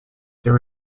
there